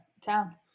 Town